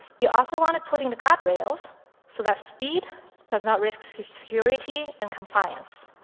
you also want to put in the guardrails so that speed does not risk security and compliance.